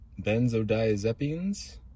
Benzodiazepines